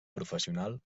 professional